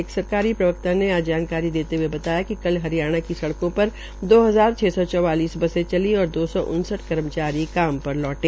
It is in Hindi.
एक सरकारी प्रवक्ता ने आज यह जानकारी देते हए बताया कि कल हरियाणा की सड़कों पर दो हजार छ सौ चौवालिस बसे चली और दो सौ उनसठ कर्मचारी काम पर लौटे